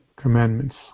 commandments